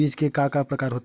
बीज के का का प्रकार होथे?